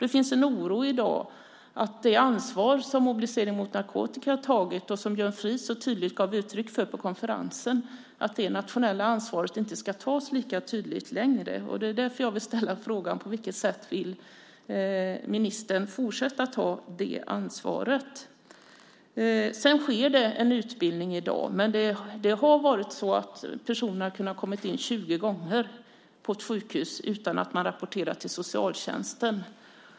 Det finns i dag en oro för att det nationella ansvar som Mobilisering mot narkotika har tagit, och som Björn Fries så tydligt gav uttryck för på konferensen, inte längre ska tas lika tydligt. På vilket sätt vill ministern fortsätta att ta det ansvaret? Det sker utbildning i dag. Men det har varit så att personer har kunnat komma in på ett sjukhus 20 gånger utan att man har rapporterat till socialtjänsten.